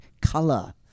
color